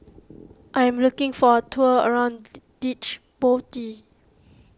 I am looking for a tour around Djibouti